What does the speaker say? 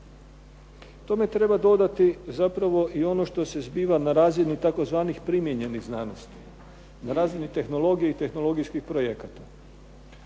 Tome treba dodati zapravo i ono što se zbiva na razini tzv. primijenjenih znanosti, na razini tehnologije i tehnologijskih projekata.